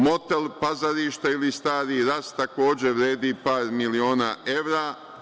Motel „Pazarište“ ili „Stari Ras“ takođe vredi par miliona evra.